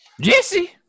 Jesse